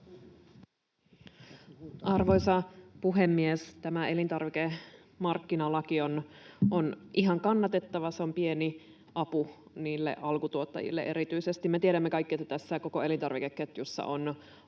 Arvoisa puhemies! Tämä elintarvikemarkkinalaki on ihan kannatettava. Se on pieni apu erityisesti niille alkutuottajille. Me tiedämme kaikki, että tässä koko elintarvikeketjussa on